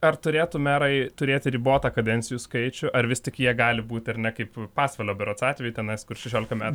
ar turėtų merai turėti ribotą kadencijų skaičių ar vis tik jie gali būti ar ne kaip pasvalio berods atveju tenai kur šešiolika